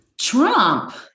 Trump